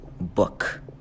book